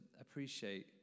appreciate